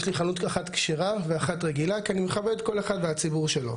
יש לי חנות אחת כשרה ואחת רגילה כי אני מכבד כל אחד והציבור שלו.